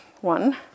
one